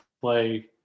play